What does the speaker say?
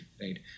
right